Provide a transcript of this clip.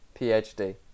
phd